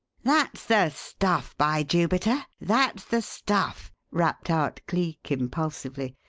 that's the stuff, by jupiter! that's the stuff! rapped out cleek, impulsively.